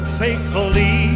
faithfully